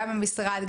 גם המשרד,